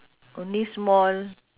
only small